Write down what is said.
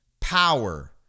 power